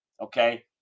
okay